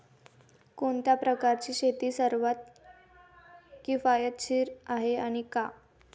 कोणत्या प्रकारची शेती सर्वात किफायतशीर आहे आणि का?